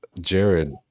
Jared